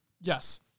Yes